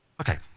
Okay